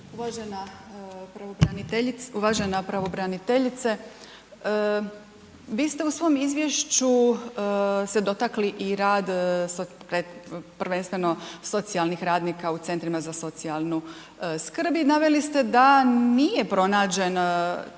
Uvažena pravobraniteljice vi ste u svom izvješću dotakli se i rad, prvenstveno socijalnih radnika u centrima za socijalnu skrb i naveli ste da nije pronađen